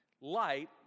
Light